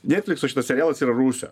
netflikso šitas serialas yra rūsio